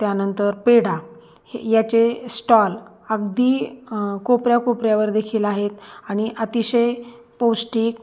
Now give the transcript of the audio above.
त्यानंतर पेढा हे याचे स्टॉल अगदी कोपऱ्या कोपऱ्यावरदेखील आहेत आणि अतिशय पौष्टिक